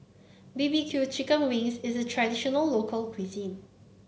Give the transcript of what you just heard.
B B Q Chicken Wings is a traditional local cuisine